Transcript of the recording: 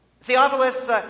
Theophilus